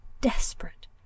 desperate